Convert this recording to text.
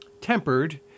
Tempered